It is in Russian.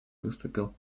выступил